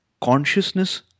consciousness